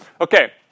okay